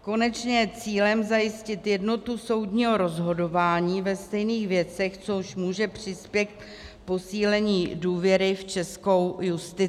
Konečně je cílem zajistit jednotu soudního rozhodování ve stejných věcech, což může přispět k posílení důvěry v českou justici.